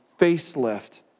facelift